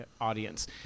audience